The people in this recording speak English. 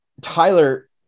Tyler